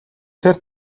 тэр